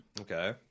Okay